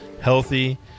healthy